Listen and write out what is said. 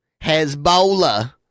Hezbollah